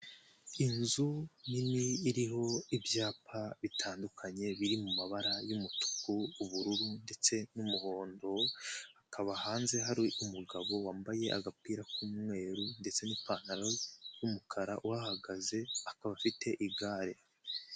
Inzu nini iriho ibyapa bitandukanye biri mu mabara y'umutuku, ubururu ndetse n'umuhondo, hakaba hanze hari umugabo wambaye agapira k'umweru ndetse n'ipantaro y'umukara uhagaze, akaba afite igare.